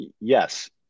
Yes